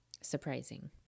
surprising